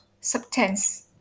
substance